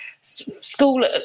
school